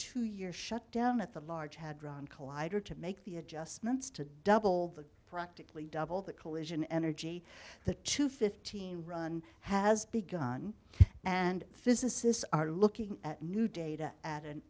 two year shutdown at the large hadron collider to make the adjustments to double the practically double the collision energy the two fifteen run has begun and physicists are looking at new data at an